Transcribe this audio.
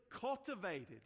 cultivated